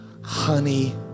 honey